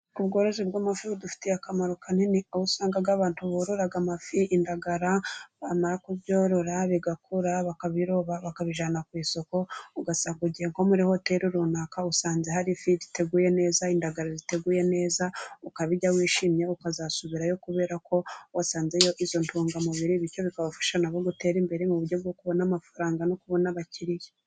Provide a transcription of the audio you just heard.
Ubworozi bw'amafi budufitiye akamaro kanini, aho usanga abantu borora amafi, indagara bamara kubyorora bigakura bakabiroba bakabijyana ku isoko, ugasanga igiye nko muri hoteri runaka usanze hari ifi iteguye neza, indagara ziteguye neza ukabijya wishimye ukazasubirayo kubera ko wasanzeyo izo ntungamubiri. Bityo bikabafasha nabo gutera imbere mu buryo bwo kubona amafaranga no kubona abakiriya.